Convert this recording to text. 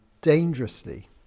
dangerously